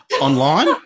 online